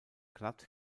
glatt